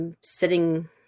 sitting